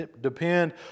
depend